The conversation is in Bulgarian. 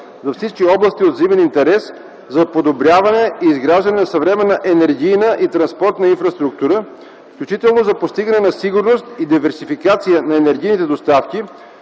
във всички области от взаимен интерес, за подобряване и изграждане на съвременна енергийна и транспортна инфраструктура, включително за постигане на сигурност и диверсификация на енергийните доставки,